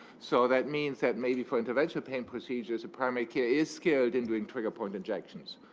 so that means that maybe for interventional pain procedures, a primary care is skilled in doing trigger point injections,